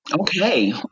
Okay